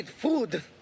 food